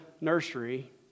nursery